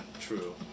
True